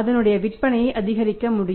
அதனுடைய விற்பனையை அதிகரிக்க முடியும்